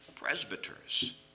presbyters